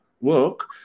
work